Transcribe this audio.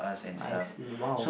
I see !wow!